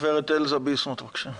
גברת אלזה ביסמוט, בבקשה.